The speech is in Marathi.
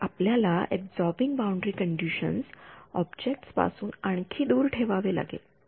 तर आपल्याला अबसॉरबिन्ग बाउंडरी कंडिशन्स ऑब्जेक्ट्स पासून आणखी दूर ठेवावे लागेल